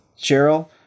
Cheryl